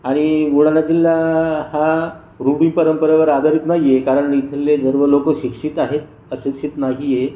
आणि बुलढाणा जिल्हा हा रूढी परंपरेवर आधारित नाही आहे कारण इथले सर्व लोक शिक्षित आहेत अशिक्षित नाही आहे